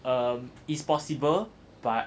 um it's possible but